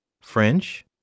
French